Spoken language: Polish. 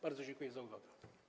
Bardzo dziękuję za uwagę.